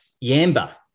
Yamba